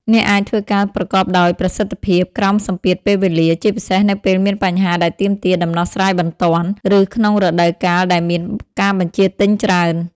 អ្នកអាចធ្វើការប្រកបដោយប្រសិទ្ធភាពក្រោមសម្ពាធពេលវេលា ជាពិសេសនៅពេលមានបញ្ហាដែលទាមទារដំណោះស្រាយបន្ទាន់ ឬក្នុងរដូវកាលដែលមានការបញ្ជាទិញច្រើន។